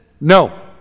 no